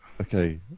okay